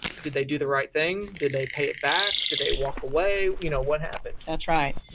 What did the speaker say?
did they do the right thing? did they pay it back? do they walk away? you know, what happened? that's right.